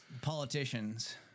politicians